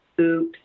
Oops